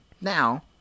now